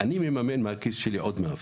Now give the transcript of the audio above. וממן מהכיס שלי עוד מאבטח.